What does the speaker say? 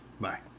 Bye